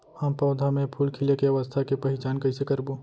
हम पौधा मे फूल खिले के अवस्था के पहिचान कईसे करबो